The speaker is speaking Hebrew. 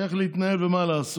איך להתנהל ומה לעשות.